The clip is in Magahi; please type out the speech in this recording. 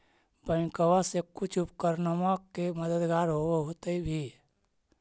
बैंकबा से कुछ उपकरणमा के मददगार होब होतै भी?